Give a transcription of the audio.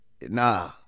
nah